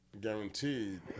Guaranteed